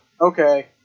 Okay